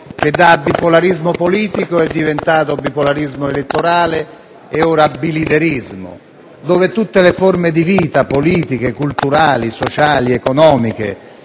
Paese da bipolarismo politico è diventato bipolarismo elettorale e ora bilaterismo, dove tutte le forme di vita politiche, culturali, sociali, economiche,